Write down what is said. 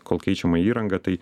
kol keičiama įranga tai